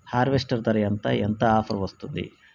Harvester ధర ఎంత ఎంత ఆఫర్ వస్తుంది?